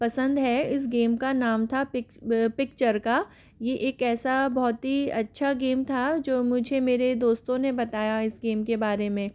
पसंद है इस गेम का नाम था पिक पिक्चर का ये एक ऐसा बहुत ही अच्छा गेम था जो मुझे मेरे दोस्तों ने बताया इस गेम के बारे में